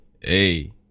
Hey